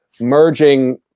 merging